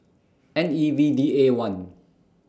N E V D A one